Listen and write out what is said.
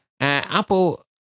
Apple